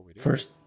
first